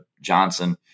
Johnson